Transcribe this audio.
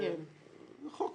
זה חוק.